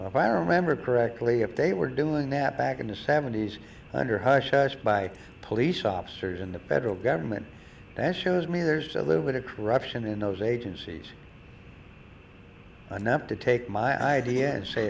fire remember correctly if they were doing that back in the seventy's under hush hush by police officers in the federal government and shows me there's a little bit of corruption in those agencies enough to take my idea